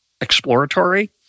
exploratory